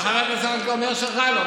וחבר הכנסת ההוא אומר שרע לו,